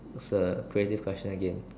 it's a creative question again